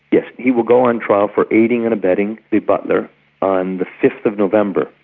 yes, he will go on trial for aiding and abetting the butler on the fifth of november.